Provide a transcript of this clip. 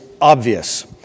obvious